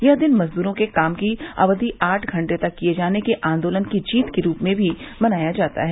यह दिन मज़दूरों के काम की अवधि आठ घंटे तक किये जाने के आंदोलन की जीत के रूप में भी मनाया जाता है